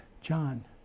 John